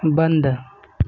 بند